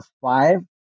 five